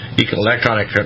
electronic